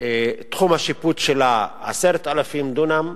ותחום השיפוט שלה 10,000 דונם,